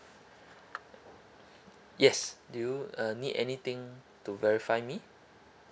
yes do you uh need anything to verify me